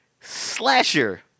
slasher